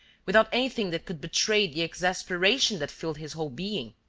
without anything that could betray the exasperation that filled his whole being.